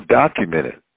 documented